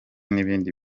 n’ibindi